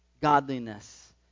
Godliness